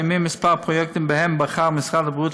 קיימים כמה פרויקטים שבהם בחר משרד הבריאות